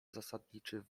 zasadniczy